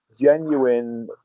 genuine